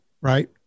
right